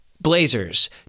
blazers